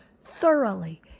thoroughly